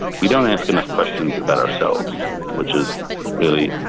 we don't ask enough questions about ourselves, which is really,